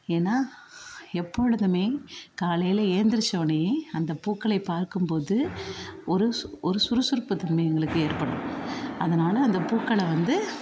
ஏன்னா எப்பொழுதுமே காலையில் ஏழுந்துருச்ச ஒடனையே அந்த பூக்களை பார்க்கும்போது ஒரு சு ஒரு சுறுசுறுப்பு தன்மை எங்களுக்கு ஏற்படும் அதனால் அந்த பூக்களை வந்து